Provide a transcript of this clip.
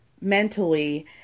mentally